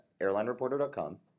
airlinereporter.com